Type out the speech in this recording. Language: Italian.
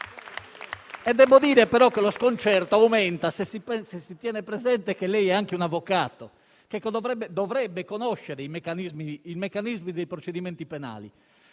Devo dire, però, che lo sconcerto aumenta se si tiene presente che è anche un avvocato, che dovrebbe conoscere il meccanismo dei procedimenti penali.